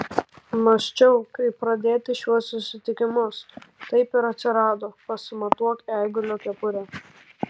mąsčiau kaip pradėti šiuos susitikimus taip ir atsirado pasimatuok eigulio kepurę